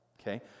Okay